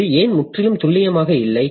இது ஏன் முற்றிலும் துல்லியமாக இல்லை